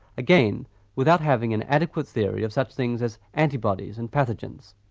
again without having an adequate theory of such things as antibodies and pathogens.